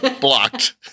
Blocked